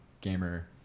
gamer